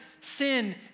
sin